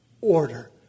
order